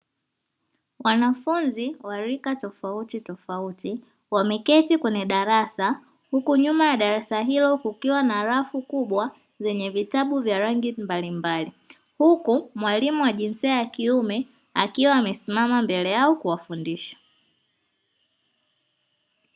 Wanafunzi wa rika tofautitofauti wameketi kwenye darasa, huku nyuma ya darasa hilo kukiwa na rafu kubwa zenye vitabu vya rangi mbalimbali. Huku mwalimu wa jinsia ya kiume akiwa amesimama mbele yao kuwafundisha.